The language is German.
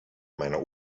meiner